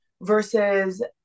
versus